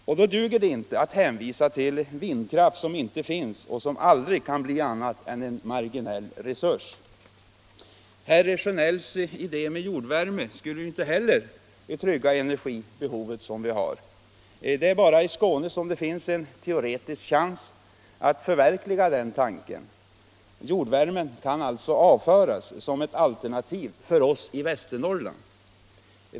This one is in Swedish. Och då duger det inte att hänvisa till vindkraft som inte finns och som aldrig kan bli annat än en marginell resurs. Herr Sjönells idé om jordvärme skulle inte heller trygga det energibehov vi har. Det är bara i Skåne som det finns en teoretisk chans att förverkliga den tanken. Jordvärmen kan alltså avföras som ett alternativ för oss i Västernorrland.